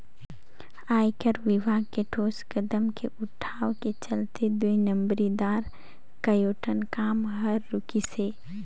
आयकर विभाग के ठोस कदम के उठाव के चलते दुई नंबरी दार कयोठन काम हर रूकिसे